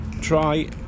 try